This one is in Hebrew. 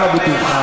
אנא בטובך,